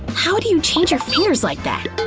how do you change your fingers like that?